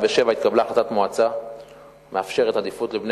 התקבלה החלטת מועצה שמאפשרת לתת עדיפות לבני